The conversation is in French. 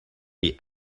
est